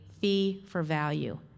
fee-for-value